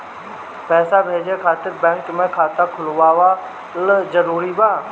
पईसा भेजे खातिर बैंक मे खाता खुलवाअल जरूरी बा?